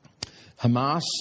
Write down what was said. Hamas